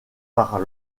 par